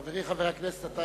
חברי חבר הכנסת,